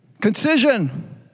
concision